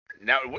Now